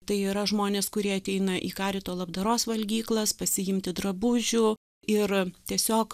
tai yra žmonės kurie ateina į karito labdaros valgyklas pasiimti drabužių ir tiesiog